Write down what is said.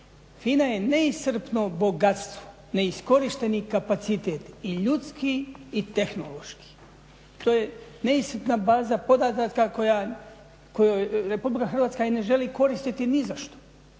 FINA je neiscrpno bogatstvo, neiskorišteni kapacitet i ljudski i tehnološki. To je neiscrpna baza podataka koju Republika Hrvatska i ne želi koristiti nizašto.